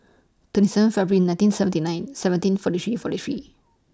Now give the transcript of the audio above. twenty seven February nineteen seventy nine seventeen forty three forty three